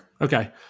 Okay